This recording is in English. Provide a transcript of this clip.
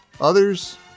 others